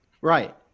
right